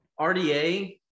RDA